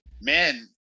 Men